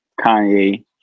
Kanye